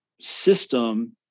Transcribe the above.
system